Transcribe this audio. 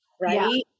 right